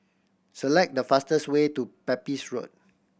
select the fastest way to Pepys Road